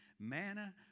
manna